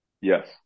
Yes